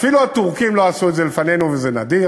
אפילו הטורקים לא עשו את זה לפנינו, וזה נדיר,